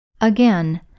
Again